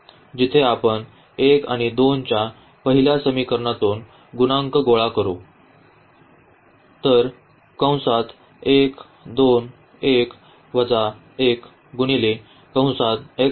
जिथे आपण 1 आणि 2 च्या पहिल्या समीकरणातून गुणांक गोळा करू